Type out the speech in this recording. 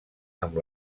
amb